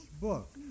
book